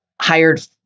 hired